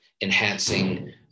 enhancing